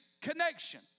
connection